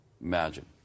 Imagine